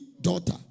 daughter